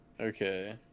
Okay